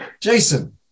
Jason